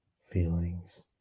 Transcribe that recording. feelings